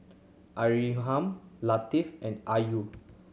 Latif and Ayu